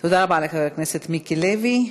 תודה רבה לחבר הכנסת מיקי לוי.